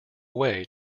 away